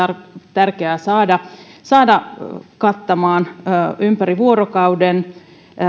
tärkeää saada saada kattamaan ympäri vuorokauden